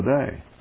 today